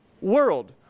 world